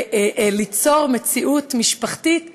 וליצור מציאות משפחתית אחרת,